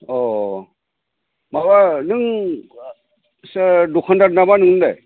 अ माबा नों सोर दखानदार नामा नोंलाय